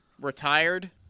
retired